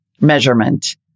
measurement